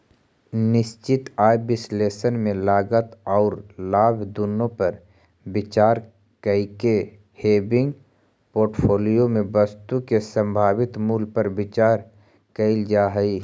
निश्चित आय विश्लेषण में लागत औउर लाभ दुनो पर विचार कईके हेविंग पोर्टफोलिया में वस्तु के संभावित मूल्य पर विचार कईल जा हई